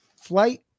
flight